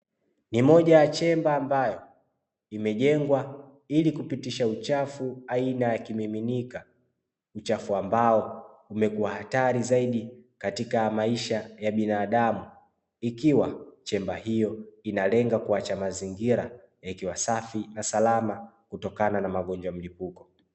Ni moja ya chemba ambayo imejengwa ili kupitisha uchafu aina ya kimiminika, uchafu ambao umekuwa hatari zaidi katika maisha ya binadamu, ikiwa chemba hiyo inalenga kuacha mazingira ikiwa safi na salama kutokana na magonjwa mlipuko.